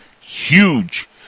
huge